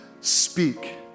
speak